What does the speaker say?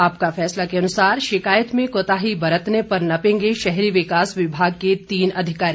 आपका फैसला के अनुसार शिकायत में कोताही बरतने पर नपेंगे शहरी विकास विभाग के तीन अधिकारी